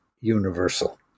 universal